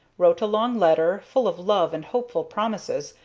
wrote a long letter, full of love and hopeful promises,